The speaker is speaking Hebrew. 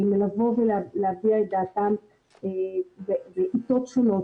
לבוא ולהביע את דעתם בעיתות שונות.